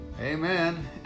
Amen